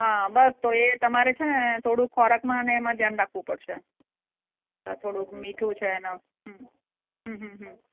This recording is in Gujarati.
હા બસ તો એ તમારે છે ને થોડુંક ખોરાકમાં ને એમાં ધ્યાન રાખવું પડશે હા થોડુંક મીઠું છે ને અ હં